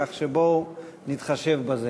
כך שבואו נתחשב בזה.